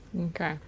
okay